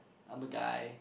I'm a guy